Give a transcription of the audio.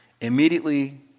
immediately